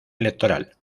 electoral